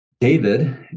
david